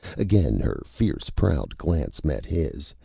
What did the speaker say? again her fierce, proud glance met his.